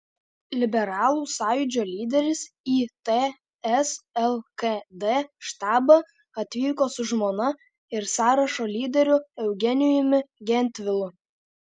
liberalų sąjūdžio lyderis į ts lkd štabą atvyko su žmona ir sąrašo lyderiu eugenijumi gentvilu